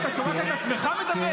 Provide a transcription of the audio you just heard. אתה שומע את עצמך מדבר?